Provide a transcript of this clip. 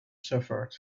suffered